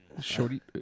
Shorty